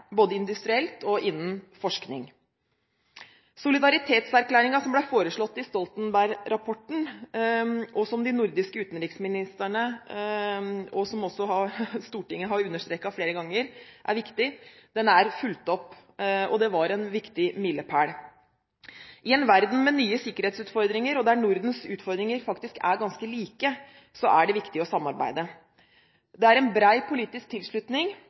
både industrielt og innen forskning. Solidaritetserklæringen som ble foreslått i Stoltenberg-rapporten, som de nordiske utenriksministrene har fulgt opp, er en viktig milepæl, noe også Stortinget har understreket flere ganger. I en verden med nye sikkerhetsutfordringer og der Nordens utfordringer faktisk er ganske like, er det viktig å samarbeide. Det er en bred politisk tilslutning